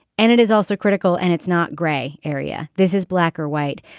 and it is also critical and it's not gray area. this is black or white.